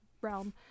realm